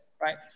right